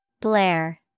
Blair